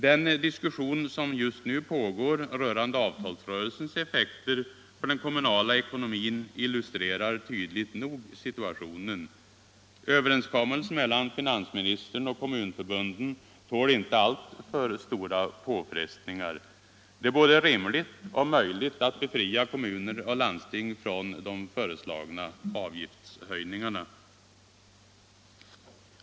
Den diskussion som just nu pågår rörande avtalsrörelsens effekter för den kommunala ekonomin illustrerar tydligt nog situationen. Överenskommelsen mellan finansministern och kommunförbunden tål inte alltför stora påfrestningar. Det är både rimligt och möjligt att befria kommuner och landsting från de föreslagna avgiftshöjningarna.